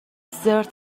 زرت